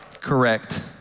Correct